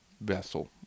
vessel